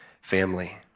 family